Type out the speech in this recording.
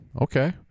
Okay